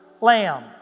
lamb